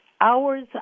hours